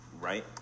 right